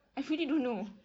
I really don't know